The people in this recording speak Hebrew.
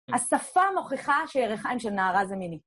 השפה מוכיחה שירכיים של נערה זה מיני.